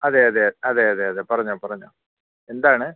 അതെ അതെ അതെ അതെ അതെ പറഞ്ഞോ പറഞ്ഞോ എന്താണ്